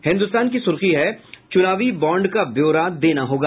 हिन्दुस्तान की सुर्खी है चुनावी बाँड का ब्योरा देना होगा